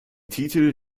titel